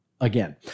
again